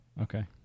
Okay